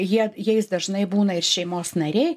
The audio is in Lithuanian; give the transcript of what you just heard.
jie jais dažnai būna ir šeimos nariai